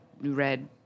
read